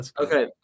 Okay